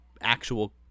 actual